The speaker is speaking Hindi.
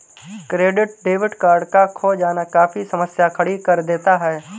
क्रेडिट डेबिट कार्ड का खो जाना काफी समस्या खड़ी कर देता है